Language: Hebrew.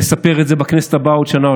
נספר את זה בכנסת הבאה עוד שנה,